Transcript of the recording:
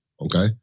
okay